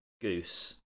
Goose